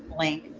link,